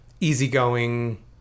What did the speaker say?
easygoing